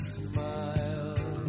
smile